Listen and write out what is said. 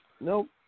Nope